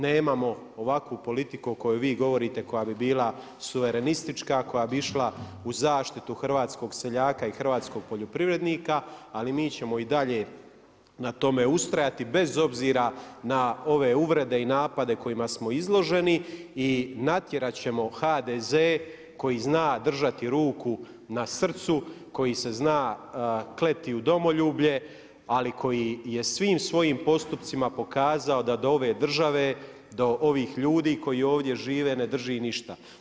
Nemamo ovakvu politiku o kojoj vi govorite koja bi bila suverenistička, koja bi išla u zaštitu hrvatskog seljaka i hrvatskog poljoprivrednika, ali mi ćemo i dalje na tome ustrajati bez obzira na ove uvrede i napade kojima smo izloženi i natjerat ćemo HDZ koji zna držati ruku na srcu koji se zna kleti u domoljublje, ali koji je svim svojim postupcima pokazao da do ove države, do ovih ljudi koji ovdje žive ne drži ništa.